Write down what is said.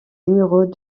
numéros